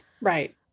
Right